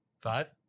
five